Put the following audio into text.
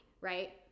Right